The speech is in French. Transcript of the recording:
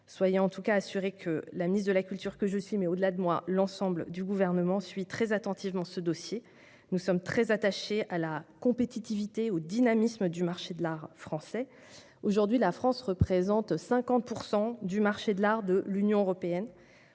Soyez en tous cas assurés que la ministre de la culture que je suis, comme l'ensemble du Gouvernement, suit très attentivement ce dossier et demeure très attachée à la compétitivité et au dynamisme du marché de l'art français, qui représente 50 % du marché de l'art de l'Union européenne